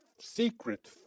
secret